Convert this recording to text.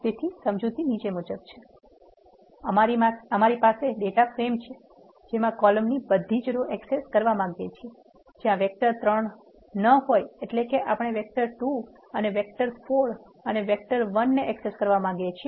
તેથી સમજૂતી નીચે મુજબ છે અમારી પાસે ડેટા ફ્રેમ છે જેમાં કોલમઅની બધી રો એક્સેસ કરવા માંગીએ છીએ જ્યાં વેક્ટર 3 ન હોય એટલે કે આપણે વેક્ટર 2 વેક્ટર 4 અને વેક્ટર 1 ને એક્સેસ કરવા માંગીએ છીએ